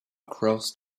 across